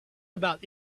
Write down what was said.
about